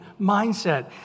mindset